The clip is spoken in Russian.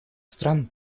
стран